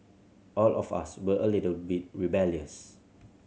all of us were a little bit rebellious